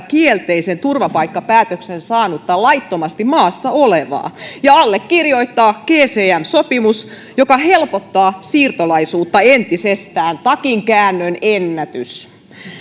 kielteisen turvapaikkapäätöksen saanutta laittomasti maassa olevaa ja allekirjoittaa gcm sopimus joka helpottaa siirtolaisuutta entisestään takinkäännön ennätys